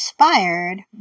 inspired